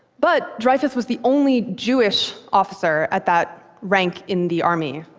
but dreyfus was the only jewish officer at that rank in the army,